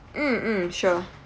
mm mm sure